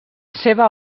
seva